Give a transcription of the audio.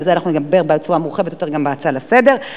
ועל זה אנחנו נדבר בצורה מורחבת יותר גם בהצעה לסדר.